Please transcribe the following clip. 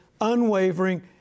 unwavering